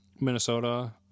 Minnesota